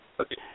Okay